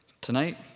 Tonight